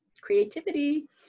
creativity